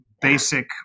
basic